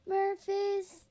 Murphy's